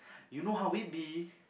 you know how we'd be